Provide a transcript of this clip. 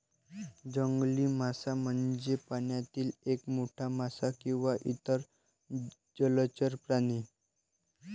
जंगली मासा म्हणजे पाण्यातील एक मोठा मासा किंवा इतर जलचर प्राणी